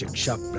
shun